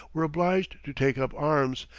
were obliged to take up arms,